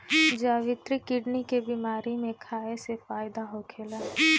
जावित्री किडनी के बेमारी में खाए से फायदा होखेला